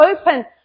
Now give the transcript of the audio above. open